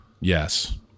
yes